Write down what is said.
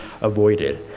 avoided